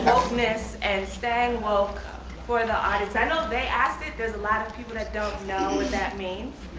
wokeness and staying woke for the audience. i know they asked it, there's a lot of people that don't know what that means.